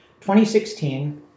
2016